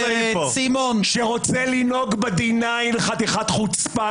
שרוצה לנהוג בדיניין חתיכת חוצפן.